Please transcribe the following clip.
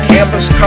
Campus